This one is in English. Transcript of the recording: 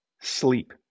sleep